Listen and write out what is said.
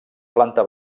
planta